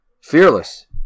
Fearless